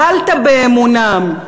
מעלת באמונם.